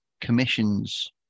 commissions